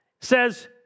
says